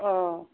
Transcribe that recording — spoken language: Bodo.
अ